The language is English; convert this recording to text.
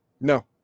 no